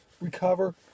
recover